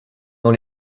dans